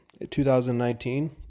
2019